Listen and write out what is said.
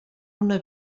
una